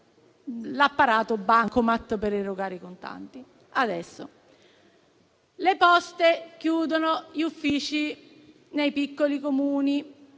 l'apparato bancomat per erogare i contanti. Le Poste chiudono gli uffici nei piccoli Comuni;